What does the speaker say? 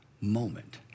moment